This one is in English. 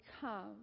come